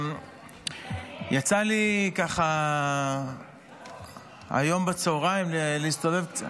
יצא לי ככה היום בצוהריים להסתובב קצת,